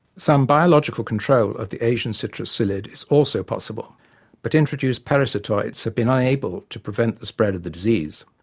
some biological control of the asian citrus psyllid is also possible but introduced parasitoids have been unable to prevent the spread of the disease.